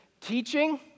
teaching